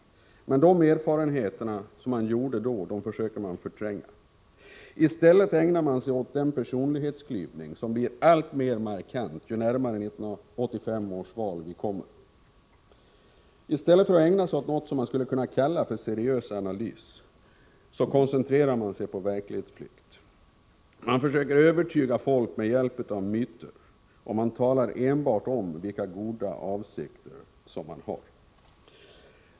Men de erfarenheter som då gjordes försöker de borgerliga politikerna förtränga, och personlighetsklyvningen blir alltmer markant ju närmare 1985 års val vi kommer. I stället för att ägna sig åt något som skulle kunna kallas för en seriös analys, koncentrerar de sig på verklighetsflykt. De försöker övertyga folk med hjälp av myter och talar enbart om vilka goda avsikter som man har.